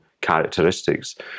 characteristics